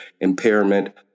impairment